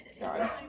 Guys